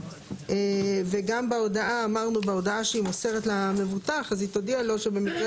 וגם בהודעה שהיא מוסרת למבוטח אז היא תודיע לו שבמקרה